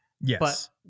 Yes